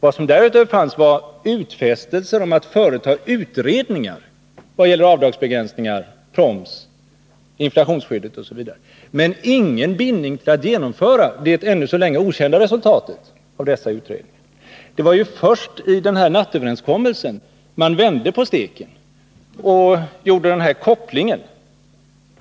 Vad som därutöver fanns var utfästelser om att företa utredningar beträffande avdragsbegränsningar, proms, inflationsskydd osv. men ingen bindning vid att genomföra det ännu så länge okända resultatet av dessa utredningar. Det var ju först i nattöverenskommelsen som man vände på steken och gjorde den här kopplingen.